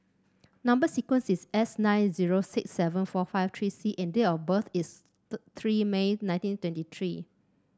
number sequence is S nine zero six seven four five three C and date of birth is three May nineteen twenty three